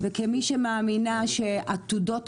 אולי עדיף אחרי שתראי את התוכנית, יסמין.